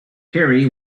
harry